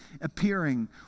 appearing